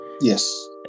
Yes